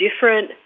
different